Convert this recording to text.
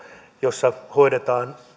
jossa hoidetaan